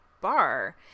bar